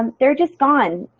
um they're just gone.